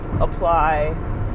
apply